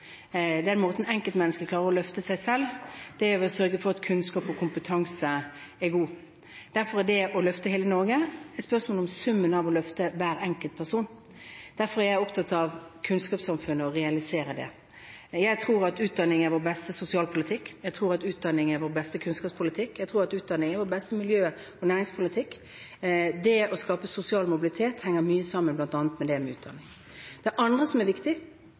på. Den måten som enkeltmennesket klarer å løfte seg selv på, er å sørge for god kunnskap og kompetanse. Derfor er det å løfte hele Norge et spørsmål om summen av å løfte hver enkelt person. Derfor er jeg opptatt av å realisere kunnskapssamfunnet. Jeg tror at utdanning er vår beste sosialpolitikk. Jeg tror at utdanning er vår beste kunnskapspolitikk. Jeg tror at utdanning er vår beste og miljø- og næringspolitikk. Det å skape sosial mobilitet henger mye sammen med bl.a. utdanning. Det andre som er viktig,